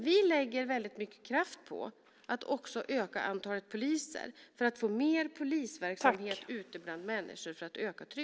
Vi lägger väldigt mycket kraft på att också öka antalet poliser för att få mer polisverksamhet ute bland människor för att öka tryggheten.